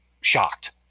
shocked